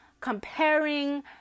comparing